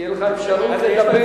תהיה לך אפשרות לדבר.